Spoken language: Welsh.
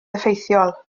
effeithiol